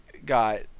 Got